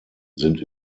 sind